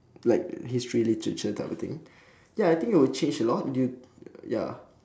like history literature type of thing ya I think it'll change a lot due ya